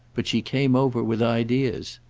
but she came over with ideas.